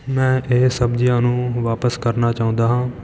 ਮੈਂ ਇਹ ਸਬਜ਼ੀਆਂ ਨੂੰ ਵਾਪਸ ਕਰਨਾ ਚਾਹੁੰਦਾ ਹਾਂ